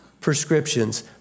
prescriptions